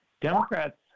Democrats